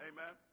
Amen